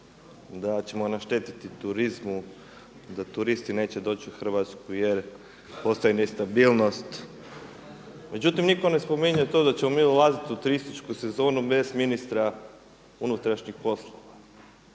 da ćemo naštetiti turizmu, da turisti neće doći u Hrvatsku jer postoji nestabilnost. Međutim, nitko ne spominje to da ćemo mi ulaziti u turističku sezonu bez ministra unutrašnjih poslova.